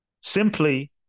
simply